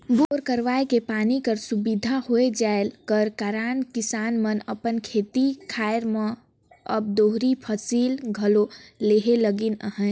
bore करवाए के पानी कर सुबिधा होए जाए कर कारन किसान मन अपन खेत खाएर मन मे अब दोहरी फसिल घलो लेहे लगिन अहे